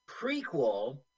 prequel